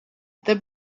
the